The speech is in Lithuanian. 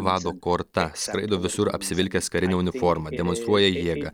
vado korta skraido visur apsivilkęs karinę uniformą demonstruoja jėgą